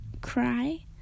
cry